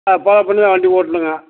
அதை ஃபாலோ பண்ணி தான் வண்டி ஓட்டணுங்க